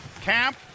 Camp